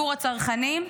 עבור הצרכנים.